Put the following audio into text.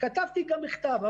כתבתי אפילו מכתב.